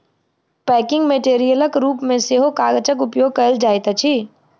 packing मेटेरियलक रूप मे सेहो कागजक उपयोग कयल जाइत अछि